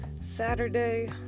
Saturday